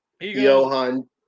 Johan